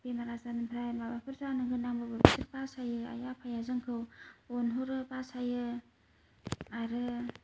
बेमार आजार निफ्राय माबाफोर जानो गोनांबाबो बिसोर बासायो आय आफाया जोंखौ अनहरो बासायो आरो